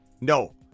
No